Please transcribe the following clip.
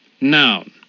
Noun